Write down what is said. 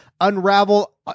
unravel